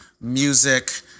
music